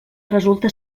resulta